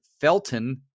Felton